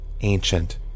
ancient